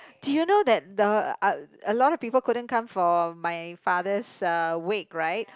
do you know that the uh a lot of people couldn't come for my father's uh wake right